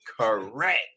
correct